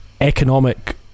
economic